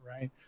right